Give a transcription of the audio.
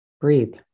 Breathe